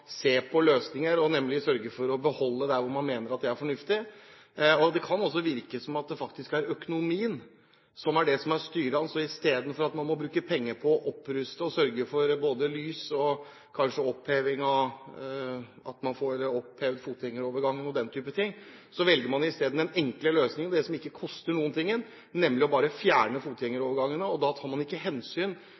se på løsninger og sørge for å beholde ting der man mener at det er fornuftig. Det kan også virke som om det faktisk er økonomien som er det som er styrende. Istedenfor at man kan bruke penger på å ruste opp fotgjengerovergangene og sørge for lys og den type ting, velger man den enkle løsningen, det som ikke koster noen ting, nemlig bare å fjerne dem. Da tar man ikke hensyn